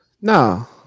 No